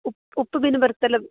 ಉಪ್ಪು ಉಪ್ಪು ಮೀನು ಬರುತ್ತಲ್ಲ